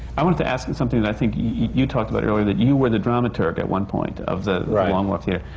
i wanted to ask you something that i think you talked about earlier, that you were the dramaturg at one point of the long wharf theatre.